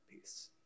peace